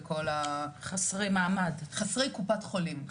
מדובר בחסרי קופת חולים,